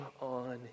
on